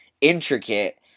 intricate